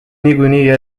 niikuinii